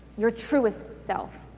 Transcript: your truest self.